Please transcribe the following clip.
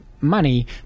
money